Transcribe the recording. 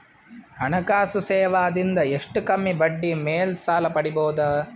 ಹಣಕಾಸು ಸೇವಾ ದಿಂದ ಎಷ್ಟ ಕಮ್ಮಿಬಡ್ಡಿ ಮೇಲ್ ಸಾಲ ಪಡಿಬೋದ?